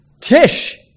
Tish